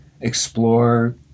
explore